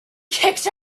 kicked